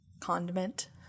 Condiment